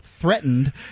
threatened